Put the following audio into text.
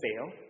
fail